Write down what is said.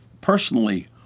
personally